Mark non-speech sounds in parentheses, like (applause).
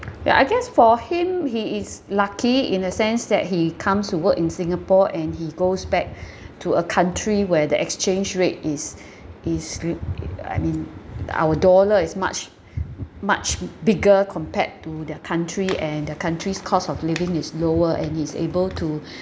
ya I guess for him he is lucky in a sense that he comes to work in singapore and he goes back (breath) to a country where the exchange rate is (breath) is I rel~ uh I mean our dollar is much (breath) much bigger compared to their country and their country's cost of living is lower and he's able to (breath)